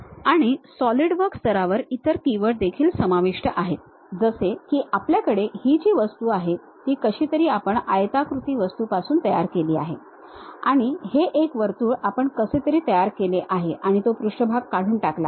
आणि सॉलिडवर्क्स स्तरावर इतर कीवर्ड देखील समाविष्ट आहेत जसे की आपल्याकडे ही जी वस्तू आहे ती कशीतरी आपण आयताकृती वस्तूपासून तयार केली आहे आणि हे एक वर्तुळ आपण कसेतरी तयार केले आहे आणि तो पृष्ठभाग काढून टाकला आहे